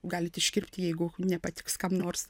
galit iškirpt jeigu nepatiks kam nors